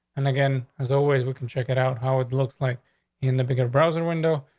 and again, there's always we can check it out how it looks like in the bigger browser window.